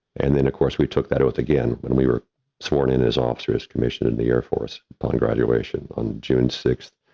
and then, of course, we took that oath again, when we were sworn in as officers commissioned in the air force upon graduation, on june sixth,